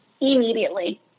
immediately